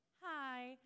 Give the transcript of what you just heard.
Hi